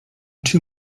too